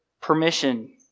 permission